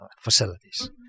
facilities